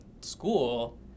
school